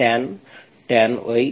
2tan y x3